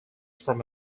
from